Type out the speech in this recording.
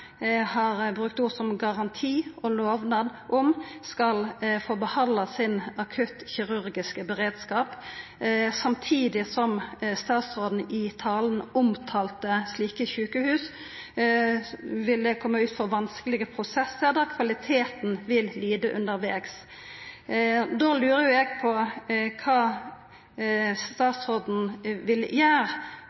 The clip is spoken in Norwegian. har brukt ord som «garanti» og «lovnad» om – skal få behalda sin akuttkirurgiske beredskap. Samtidig tala statsråden i talen om at slike sjukehus ville koma ut for vanskelege prosessar der kvaliteten vil lida undervegs. Då lurer eg på kva statsråden vil